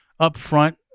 upfront